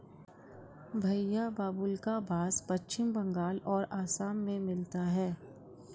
भईया बाबुल्का बास पश्चिम बंगाल और असम में मिलता है